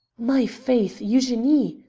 my faith, eugenie!